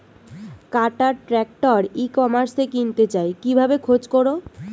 কাটার tractor ই কমার্সে কিনতে চাই কিভাবে খোঁজ করো?